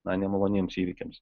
na nemaloniems įvykiams